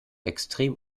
extrem